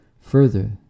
Further